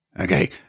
Okay